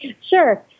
Sure